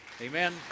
Amen